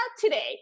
today